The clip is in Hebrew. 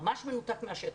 ממש מנותק מהשטח.